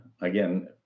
again